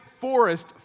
forest